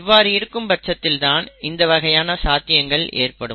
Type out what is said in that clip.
இவ்வாறு இருக்கும் பட்சத்தில் தான் இந்த வகையான சாத்தியங்கள் ஏற்படும்